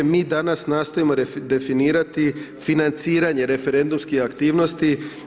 Mi danas nastojimo redefinirati financiranje referendumskih aktivnosti.